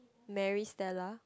Maris-Stella